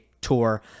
tour